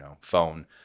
phone